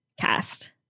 cast